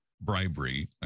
bribery